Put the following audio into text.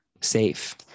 safe